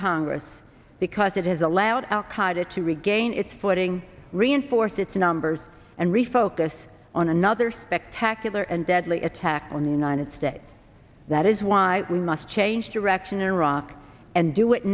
congress because it has allowed al qaida to regain its footing reinforce its numbers and refocus on another spectacular and deadly attack on the united states that is why we must change direction in iraq and